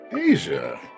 Asia